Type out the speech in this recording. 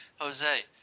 Jose